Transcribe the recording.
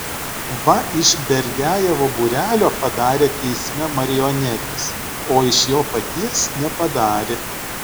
va iš berdiajevo būrelio padarė teisme marionetes o iš jo paties nepadarė